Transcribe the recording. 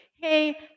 Hey